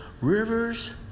rivers